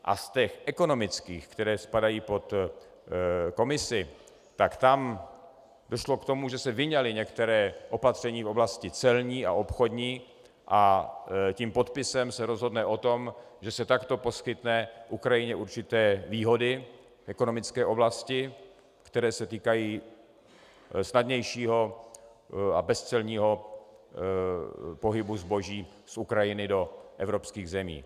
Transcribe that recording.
A z těch ekonomických, které spadají pod Komisi, tak tam došlo k tomu, že se vyňala některá opatření v oblasti celní a obchodní a podpisem se rozhodne o tom, že se takto poskytnou Ukrajině určité výhody v ekonomické oblasti, které se týkají snadnějšího a bezcelního pohybu zboží z Ukrajiny do evropských zemí.